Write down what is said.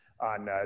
on